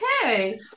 Okay